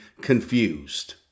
confused